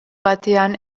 batean